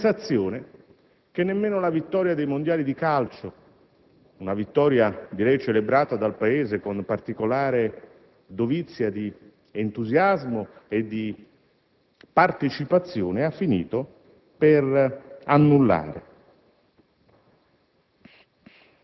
È una sensazione che nemmeno la vittoria dei mondiali di calcio, celebrata dal Paese con particolare dovizia di entusiasmo e partecipazione, ha finito per annullare.